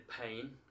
pain